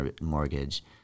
mortgage